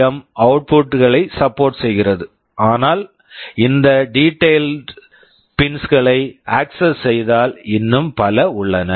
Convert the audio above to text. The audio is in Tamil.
எம் PWM அவுட்புட் output களை சப்போர்ட் support செய்கிறது ஆனால் இந்த டீடெயில்ட் detailed பின்ஸ் pins களை அக்சஸ் access செய்தால் இன்னும் பல உள்ளன